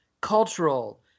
cultural